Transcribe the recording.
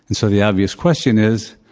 and so, the obvious question is,